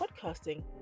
podcasting